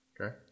Okay